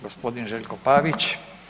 Gospodin Željko Pavić.